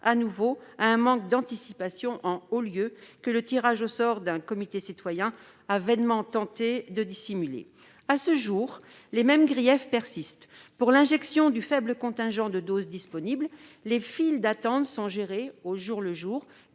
face à un manque d'anticipation en haut lieu que le tirage au sort d'un comité citoyen a vainement tenté de dissimuler. À ce jour, les mêmes griefs persistent : pour l'injection du faible contingent de doses disponibles, les files d'attente sont gérées au jour le jour,